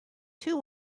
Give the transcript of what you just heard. two